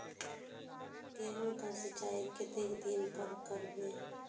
गेहूं का सीचाई कतेक दिन पर करबे?